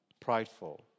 prideful